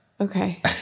Okay